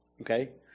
okay